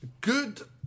good